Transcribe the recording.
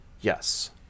yes